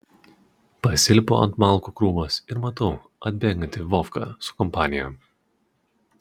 pasilipu ant malkų krūvos ir matau atbėgantį vovką su kompanija